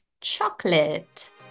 chocolate